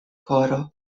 koro